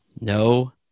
No